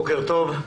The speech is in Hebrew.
בוקר טוב.